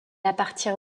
appartient